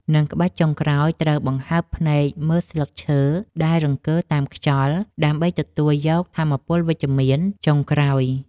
និងក្បាច់ចុងក្រោយ ត្រូវបង្ហើបភ្នែកមើលស្លឹកឈើដែលរង្គើតាមខ្យល់ ដើម្បីទទួលយកថាមពលវិជ្ជមានចុងក្រោយ។